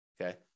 okay